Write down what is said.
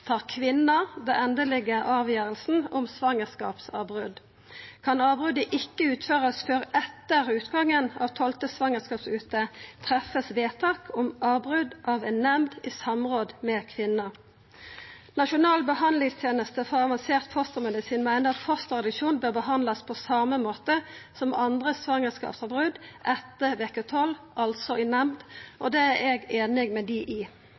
tar kvinnen selv den endelige avgjørelse om svangerskapsavbrudd. Kan avbruddet ikke utføres før etter utgangen av 12. svangerskapsuke, treffes vedtak om avbrudd av en nemnd, i samråd med kvinnen. Nasjonal behandlingstjeneste for avansert invasiv fostermedisin meiner fosterreduksjon bør behandlast på same måte som andre svangerskapsavbrot etter veke tolv, altså i nemnd, og det er eg samd med dei i.